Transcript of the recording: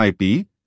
IP